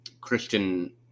Christian